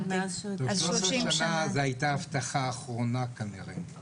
13 שנה זו הייתה ההבטחה האחרונה כנראה.